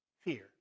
fear